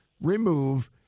remove